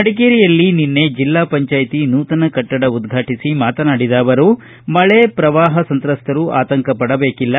ಮಡಿಕೇರಿಯಲ್ಲಿ ನಿನ್ನೆ ಜಿಲ್ಲಾ ಪಂಚಾಯ್ತಿ ನೂತನ ಕಟ್ಟಡ ಉದ್ರಾಟಿಸಿ ಮಾತನಾಡಿದ ಅವರು ಮಳೆ ಪ್ರವಾಹ ಸಂತ್ರಸ್ಥರು ಆತಂಕಪಡಬೇಕಿಲ್ಲ